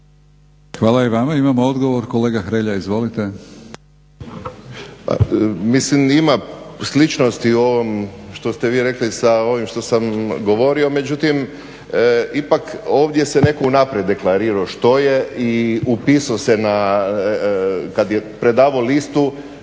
Hvala i vama. Imamo odgovor, kolega Hrelja izvolite. **Hrelja, Silvano (HSU)** Mislim ima sličnosti u ovom što ste vi rekli s ovim što sam govorio, međutim ipak ovdje se netko unaprijed deklarirao što je i upisao se kad je predavao listu